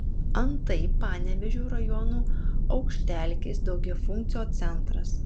antai panevėžio rajono aukštelkės daugiafunkcio centras